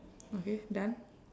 okay done